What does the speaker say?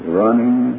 running